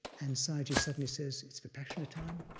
and sayagyi suddenly says, it's vipassana time.